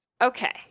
Okay